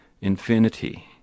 infinity